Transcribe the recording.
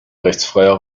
rechtsfreier